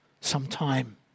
sometime